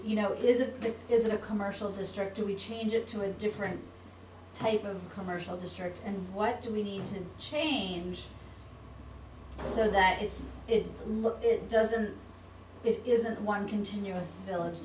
you know is if there is a commercial district do we change it to a different type of commercial district and what do we need to change so that it's looked it doesn't it isn't one continuous village